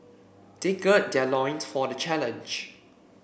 they gird their loins for the challenge